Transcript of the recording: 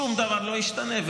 שום דבר לא ישתנה.